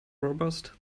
robust